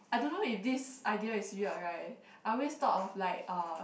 I don't know if this idea is weird right I always thought of like uh